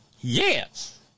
Yes